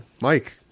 Mike